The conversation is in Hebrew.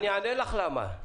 אני אענה לך למה.